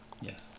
Yes